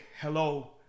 hello